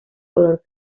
color